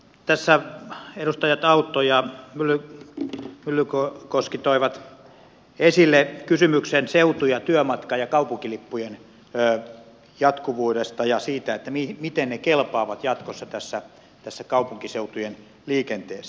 tässä edustajat autto ja myllykoski toivat esille kysymyksen seutu työmatka ja kaupunkilippujen jatkuvuudesta ja siitä miten ne kelpaavat jatkossa kaupunkiseutujen liikenteessä